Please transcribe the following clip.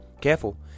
Careful